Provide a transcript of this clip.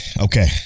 Okay